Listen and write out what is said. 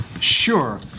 Sure